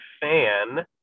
fan